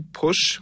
push